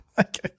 Okay